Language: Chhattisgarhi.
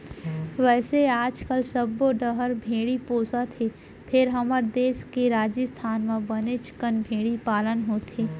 वैसे आजकाल सब्बो डहर भेड़ी पोसत हें फेर हमर देस के राजिस्थान म बनेच कन भेड़ी पालन होथे